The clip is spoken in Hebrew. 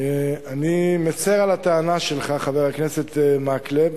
אני מצר על הטענה שלך, חבר הכנסת מקלב,